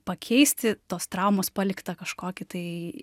pakeisti tos traumos paliktą kažkokį tai